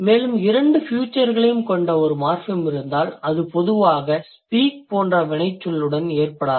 மேலும் இரண்டு ஃபியூச்சர்களையும் கொண்ட ஒரு மார்ஃபிம் இருந்தால் அது பொதுவாக speak போன்ற வினைச்சொல்லுடன் ஏற்படாது